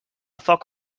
foc